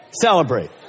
Celebrate